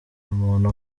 umuntu